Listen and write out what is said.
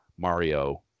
mario